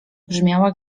brzmiała